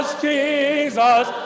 Jesus